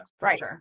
Right